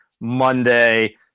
Monday